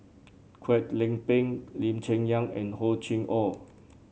Kwek Leng Beng Lee Cheng Yan and Hor Chim Or